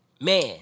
man